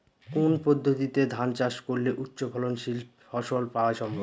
কোন পদ্ধতিতে ধান চাষ করলে উচ্চফলনশীল ফসল পাওয়া সম্ভব?